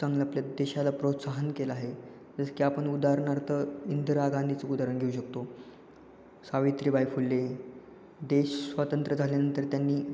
चांगलं आपल्या देशाला प्रोत्साहन केलं आहे जसं की आपण उदाहरणार्थ इंदिरा गांधींचं उदाहरण देऊ शकतो सावित्रीबाई फुले देश स्वतंत्र झाल्यानंतर त्यांनी